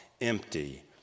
empty